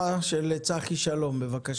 צחי, האם התשובה מניחה את דעתך?